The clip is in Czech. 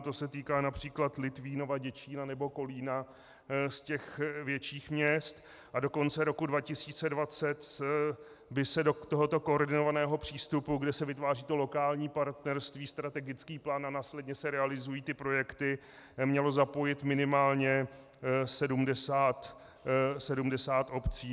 To se týká například Litvínova, Děčína nebo Kolína z těch větších měst a do konce roku 2020 by se do tohoto koordinovaného přístupu, kde se vytváří to lokální partnerství strategický plán a následně se realizují projekty, mělo zapojit minimálně 70 obcí.